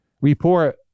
report